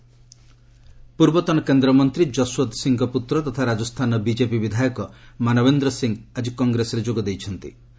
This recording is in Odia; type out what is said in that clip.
ମାନବେନ୍ଦ୍ର କଂଗ୍ରେସ ପୂର୍ବତନ କେନ୍ଦ୍ରମନ୍ତ୍ରୀ ଯଶଓ୍ୱନ୍ତ ସିଂଙ୍କ ପୁତ୍ର ତଥା ରାଜସ୍ଥାନର ବିଜେପି ବିଧାୟକ ମାନବେନ୍ଦ୍ର ସିଂ ଆଜି କଂଗ୍ରେସରେ ଯୋଗ ଦେଇଛନ୍ତି